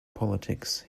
politics